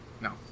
No